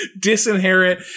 disinherit